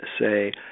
say